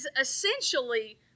essentially